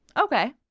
Okay